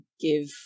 give